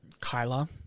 Kyla